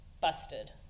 busted